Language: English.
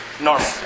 normal